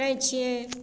करै छियै